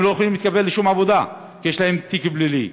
הם לא יכולים להתקבל לשום עבודה כי יש להם תיק פלילי.